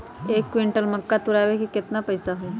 एक क्विंटल मक्का तुरावे के केतना पैसा होई?